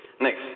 Next